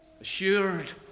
assured